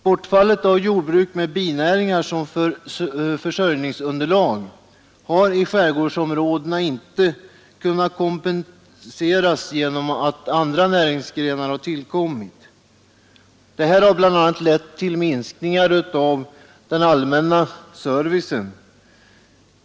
Bortfallet av jordbruk med binäringar som försörjningsunderlag har i skärgårdsområdena inte kunnat kompenseras genom att andra näringsgrenar har tillkommit. Detta har bl.a. lett till minskningar av den allmänna servicen.